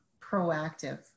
proactive